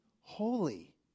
Holy